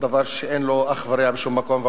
דבר שאין לו אח ורע בשום מקום בעולם,